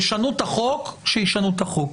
יש חוק, שישנו את החוק.